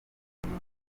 agira